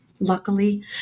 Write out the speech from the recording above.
Luckily